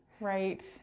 Right